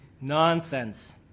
nonsense